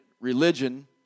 religion